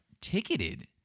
ticketed